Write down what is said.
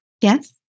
Yes